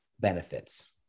Benefits